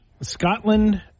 Scotland